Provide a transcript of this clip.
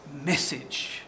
message